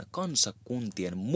kansakuntien